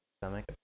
stomach